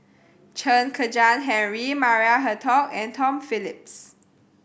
Chen Kezhan Henri Maria Hertogh and Tom Phillips